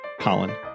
Colin